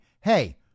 hey